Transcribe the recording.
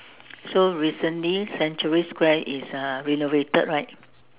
so recently century square is uh renovated right